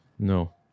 No